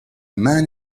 man